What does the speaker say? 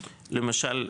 למשל,